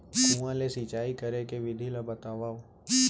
कुआं ले सिंचाई करे के विधि ला बतावव?